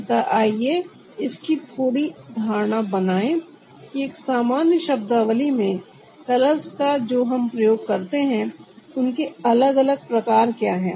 अतः आइए इसकी थोड़ा धारणा बनाएं कि एक सामान्य शब्दावली में कलर्स का जो हम प्रयोग करते है उनके अलग अलग प्रकार क्या हैं